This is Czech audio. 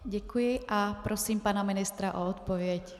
Děkuji a prosím pana ministra o odpověď.